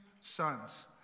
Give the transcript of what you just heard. sons